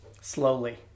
Slowly